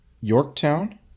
Yorktown